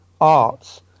arts